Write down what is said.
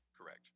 correct